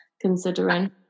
considering